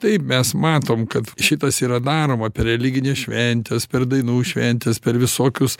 taip mes matom kad šitas yra daroma per religines šventes per dainų šventes per visokius